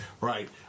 Right